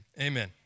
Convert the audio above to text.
amen